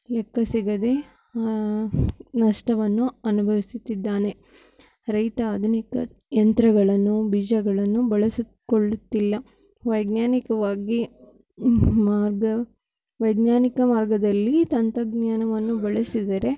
ಲೆಕ್ಕ ಸಿಗದೇ ನಷ್ಟವನ್ನು ಅನುಭವಿಸುತ್ತಿದ್ದಾನೆ ರೈತ ಆಧುನಿಕ ಯಂತ್ರಗಳನ್ನು ಬೀಜಗಳನ್ನು ಬಳಸು ಕೊಳ್ಳುತ್ತಿಲ್ಲ ವೈಜ್ಞಾನಿಕವಾಗಿ ಮಾರ್ಗ ವೈಜ್ಞಾನಿಕ ಮಾರ್ಗದಲ್ಲಿ ತಂತ್ರಜ್ಞಾನವನ್ನು ಬಳಸಿದರೆ